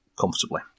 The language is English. comfortably